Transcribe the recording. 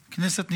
הכנסת.